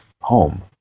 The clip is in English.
home